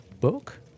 book